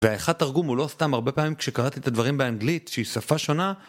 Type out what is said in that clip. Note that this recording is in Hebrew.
והאחד תרגום הוא לא סתם, הרבה פעמים כשקראתי את הדברים באנגלית שהיא שפה שונה